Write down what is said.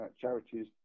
charities